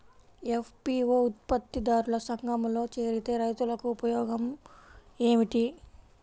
FPO ఉత్పత్తి దారుల సంఘములో చేరితే రైతులకు ఉపయోగము ఏమిటి?